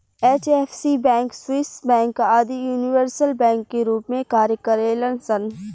HFC bank, Swiss bank आदि universal bank के रूप में कार्य करेलन सन